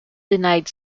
denied